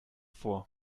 vor